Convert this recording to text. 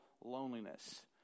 loneliness